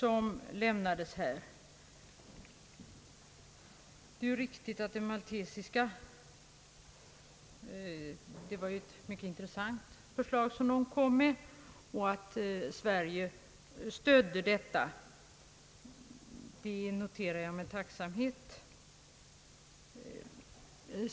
hon lämnat här. Det var ett mycket intressant förslag som den maltesiska delegationen framlade, och som Sverige stödde.